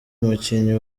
umukinnyi